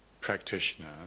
practitioner